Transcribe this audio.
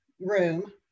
room